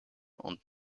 und